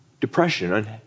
depression